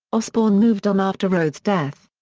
osbourne moved on after rhoads' death.